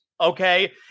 okay